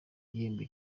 igihembo